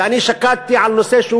ואני שקדתי על הנושא,